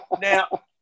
Now